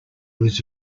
was